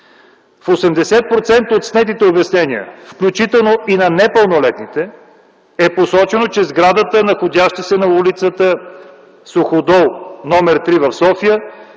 В 80% от снетите обяснения, включително и на непълнолетните, е посочено, че сградата, находяща се на ул. „Суходол” № 3 в София,